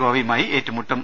ഗോവയുമായി ഏറ്റുമുട്ടും